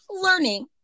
learning